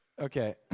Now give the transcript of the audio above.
Okay